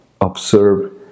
observe